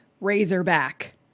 Razorback